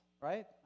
right